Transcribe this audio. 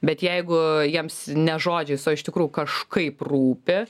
bet jeigu jiems ne žodžiais o iš tikrųjų kažkaip rūpi